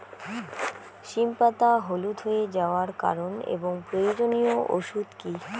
সিম পাতা হলুদ হয়ে যাওয়ার কারণ এবং প্রয়োজনীয় ওষুধ কি?